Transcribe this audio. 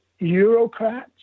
Eurocrats